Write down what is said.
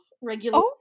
regular